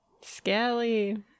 Scally